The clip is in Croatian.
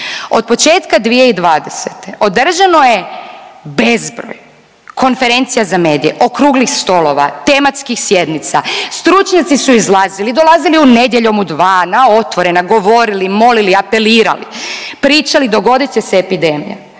Od početka 2020. održano je bezbroj konferencija za medije, okruglih stolova, tematskih sjednica, stručnjaci su izlazili, dolazili u Nedjeljom u 2, na otvorena, govorili, molili, apelirali, pričali, dogodit će se epidemija.